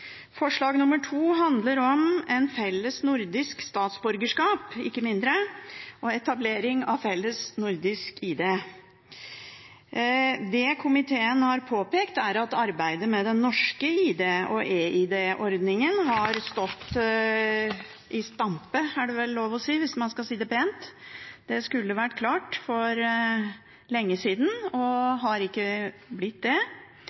Forslag nr. 2 handler om et felles nordisk statsborgerskap – ikke noe mindre – og etablering av felles nordisk ID. Det komiteen har påpekt, er at arbeidet med den norske ID-en og e-ID-ordningen har stått i stampe – det er det vel lov å si om man skal si det pent. Det skulle vært klart for lenge siden, men har ikke blitt det.